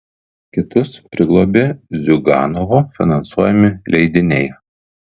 kitus priglobė ziuganovo finansuojami leidiniai